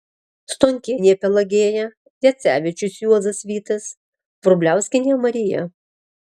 stonkienė pelagėja jacevičius juozas vytas vrubliauskienė marija